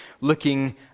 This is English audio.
looking